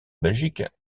belgique